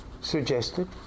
suggested